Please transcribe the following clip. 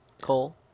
cole